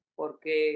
porque